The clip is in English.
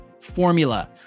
Formula